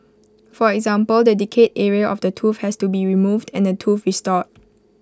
for example the decayed area of the tooth has to be removed and the tooth restored